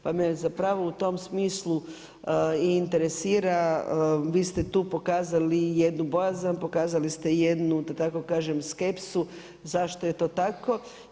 Pa me zapravo u tom smislu i interesira, vi ste tu pokazali i jednu bojazan, pokazali ste i jednu da tako kažem skepsu zašto je to tako.